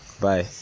bye